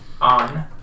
On